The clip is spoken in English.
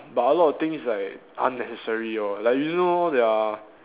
but a lot of things like unnecessary lor like you know their